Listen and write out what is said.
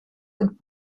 und